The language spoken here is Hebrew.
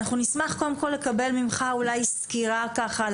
אנחנו נשמח קודם כל לקבל ממך סקירה ככה על